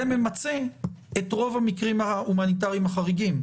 ממצים את רוב המקרים ההומניטריים החריגים.